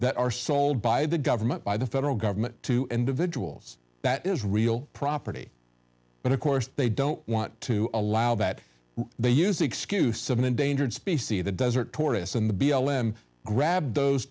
that are sold by the government by the federal government to individuals that is real property of course they don't want to allow that they use the excuse of an endangered species the desert tortoise and the b l m grabbed those